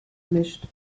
mischt